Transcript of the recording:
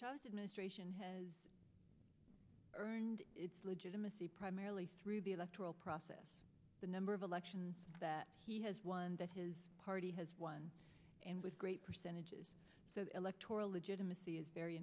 n administration has earned its legitimacy primarily through the electoral process the number of elections that he has won that his party has won and with great percentages the electoral legitimacy is very